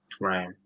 Right